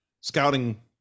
scouting